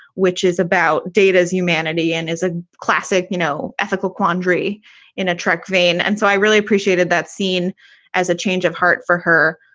which is about data's humanity and is a classic, you know, ethical quandary in a truck vein. and so i really appreciated that scene as a change of heart for her.